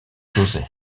josé